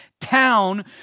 town